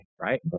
right